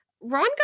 Ron